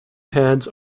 heads